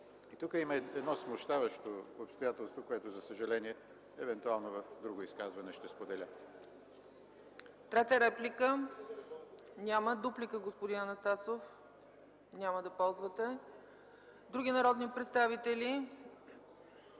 Тук има едно смущаващо обстоятелство, което за съжаление евентуално в друго изказване ще споделя. ПРЕДСЕДАТЕЛ ЦЕЦКА ЦАЧЕВА: Трета реплика? Няма. Дуплика, господин Анастасов? Няма да ползвате. Други народни представители?